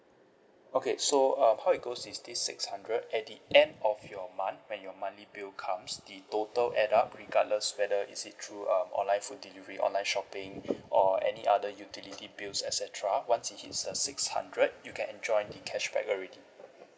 okay so um how it goes is this six hundred at the end of your month when your monthly bill comes the total add up regardless whether is it through um online food delivery online shopping or any other utility bills et cetera once it hits the six hundred you can enjoy the cashback already